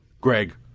gregg,